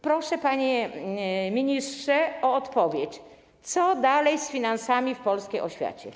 Proszę, panie ministrze, o odpowiedź, co dalej z finansami w polskiej oświacie.